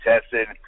tested